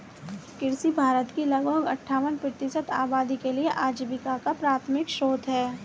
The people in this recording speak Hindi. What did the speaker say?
कृषि भारत की लगभग अट्ठावन प्रतिशत आबादी के लिए आजीविका का प्राथमिक स्रोत है